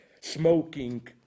smoking